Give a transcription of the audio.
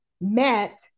met